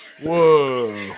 Whoa